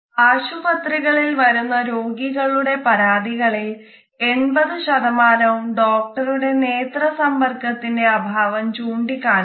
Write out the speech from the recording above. ആശുപത്രികളിൽ വരുന്ന രോഗികളുടെ പരാതികളിൽ 80 ശതമാനവും ഡോക്ടറുടെ നേത്ര സമ്പർക്കത്തിന്റെ അഭാവം ചൂണ്ടി കാണിക്കുന്നു